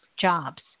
jobs